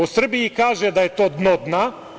O Srbiji kaže da je to dno dna.